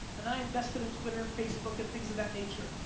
and i invested in twitter and facebook and things of that nature,